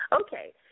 Okay